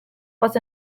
was